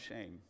shame